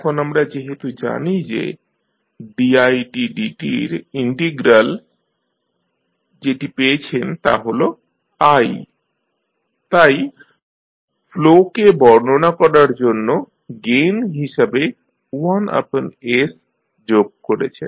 এখন আমরা যেহেতু জানি যে didt র ইন্টিগ্রাল যেটি পেয়েছেন তা' হল i তাই ফ্লো কে বর্ণনা করার জন্য গেইন হিসাবে 1s যোগ করে করছেন